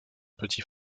petit